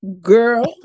Girl